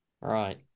Right